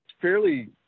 fairly